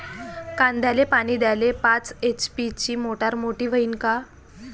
कांद्याले पानी द्याले पाच एच.पी ची मोटार मोटी व्हईन का?